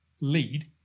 lead